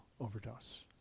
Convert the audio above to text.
overdose